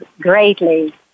greatly